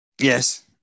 Yes